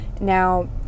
now